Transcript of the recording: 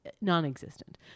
non-existent